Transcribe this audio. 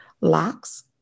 locks